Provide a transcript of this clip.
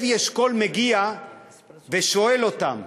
לוי אשכול הגיע ושאל אותם,